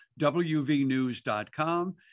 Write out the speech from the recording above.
wvnews.com